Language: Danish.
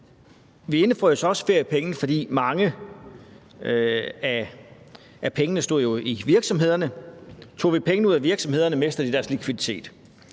Vi indefrøs også feriepengene, fordi mange af pengene jo stod i virksomhederne. Tog vi pengene ud af virksomhederne, mistede de deres likviditet.